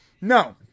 No